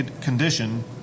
condition